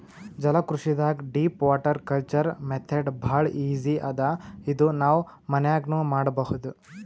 ಜಲಕೃಷಿದಾಗ್ deep water culture method ಭಾಳ್ easy ಅದಾ ಇದು ನಾವ್ ಮನ್ಯಾಗ್ನೂ ಮಾಡಬಹುದ್